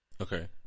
Okay